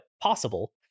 possible